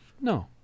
No